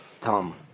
Tom